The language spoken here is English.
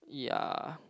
ya